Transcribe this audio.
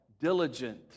Diligent